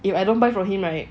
if I don't buy for him right